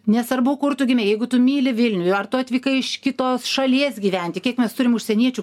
nesvarbu kur tu gimei jeigu tu myli vilnių ar tu atvykai iš kitos šalies gyventi kiek mes turim užsieniečių